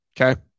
Okay